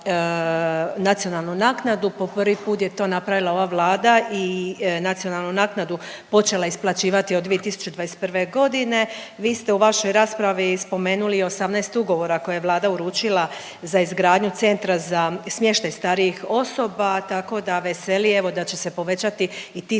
nacionalnu naknadu. Po prvi put je to napravila ova Vlada i nacionalnu naknadu počela isplaćivati od 2021. godine. Vi ste u vašoj raspravi spomenuli i 18 ugovora koje je Vlada uručila za izgradnju centra za smještaj starijih osoba tako da veseli evo da će se povećati i ti